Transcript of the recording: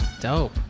dope